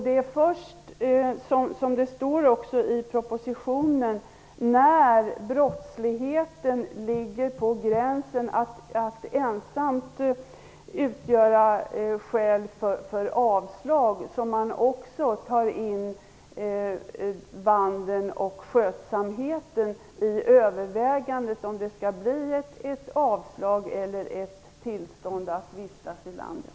Det är först, som det också står i propositionen, när brottsligheten ligger på gränsen till att ensam utgöra skäl för avslag som man också tar in vandeln och skötsamheten i övervägandet av om det skall bli ett avslag eller ett tillstånd att vistas i landet.